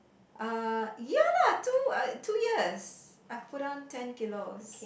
uh ya lah two uh two years I've put on ten kilos